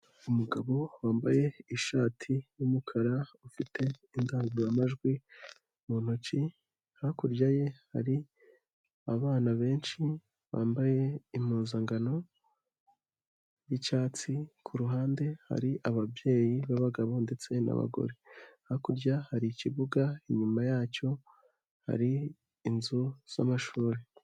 Umugabo wambaye ishati y'umukara ufite indangururamajwi mu ntoki, hakurya ye hari abana benshi bambaye impuzangano y'icyatsi, ku ruhande hari ababyeyi b'abagabo ndetse n'abagore, hakurya hari ikibuga, inyuma yacyo hari inzu z'amashuri.